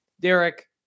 Derek